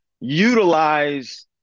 utilize